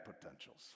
potentials